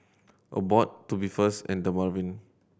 Abbott Tubifast and Dermaveen